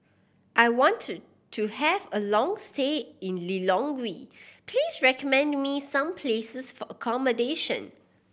I want to to have a long stay in Lilongwe please recommend me some places for accommodation